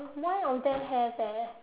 mine on them have eh